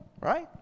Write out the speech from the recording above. Right